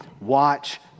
watch